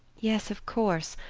yes, of course.